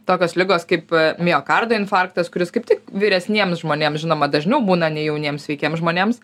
tokios ligos kaip miokardo infarktas kuris kaip tik vyresniems žmonėms žinoma dažniau būna nei jauniems sveikiems žmonėms